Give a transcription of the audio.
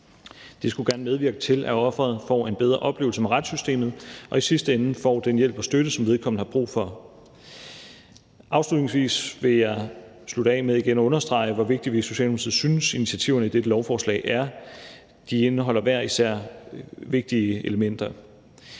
Det skulle gerne medvirke til, at offeret får en bedre oplevelse i retssystemet og i sidste ende får den hjælp og støtte, som vedkommende har brug for. Afslutningsvis vil jeg slutte af med igen at understrege, hvor vigtigt vi i Socialdemokratiet synes initiativerne i dette lovforslag er. De indeholder hver især vigtige elementer.